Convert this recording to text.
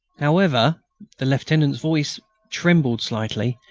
however the lieutenant's voice trembled slightly,